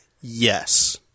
yes